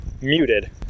muted